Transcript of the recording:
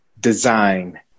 design